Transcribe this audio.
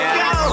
go